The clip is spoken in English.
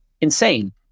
insane